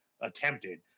attempted